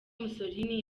mussolini